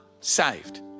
saved